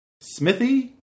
Smithy